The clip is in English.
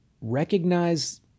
recognize